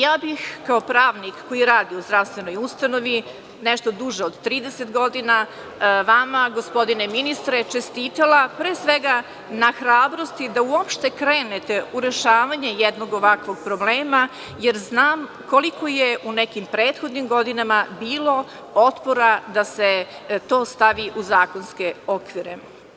Ja bih kao pravnik koji radi u zdravstvenoj ustanovi nešto duže od 30 godina vama, gospodine ministre, čestitala pre svega na hrabrosti da uopšte krenete u rešavanje jednog ovakvog problema, jer znam koliko je u nekim prethodnim godinama bilo otpora da se to stavi u zakonske okvire.